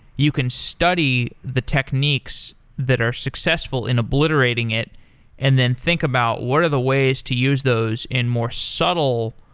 you can study the techniques that are successful in obliterating it and then think about what are the ways to use those in more subtle